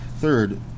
Third